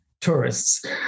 tourists